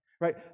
right